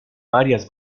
varias